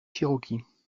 cherokees